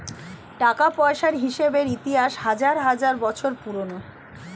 টাকা পয়সার হিসেবের ইতিহাস হাজার হাজার বছর পুরোনো